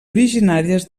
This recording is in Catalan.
originàries